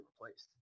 replaced